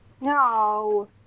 No